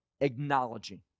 acknowledging